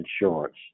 insurance